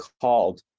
called